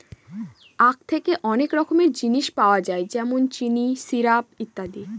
আঁখ থেকে অনেক রকমের জিনিস পাওয়া যায় যেমন চিনি, সিরাপ, ইত্যাদি